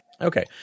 Okay